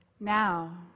now